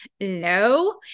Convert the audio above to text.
no